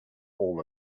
all